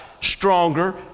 stronger